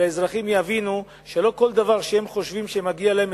והאזרחים יבינו שלא כל דבר שהם חושבים שמגיע להם,